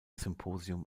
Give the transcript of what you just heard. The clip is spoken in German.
symposion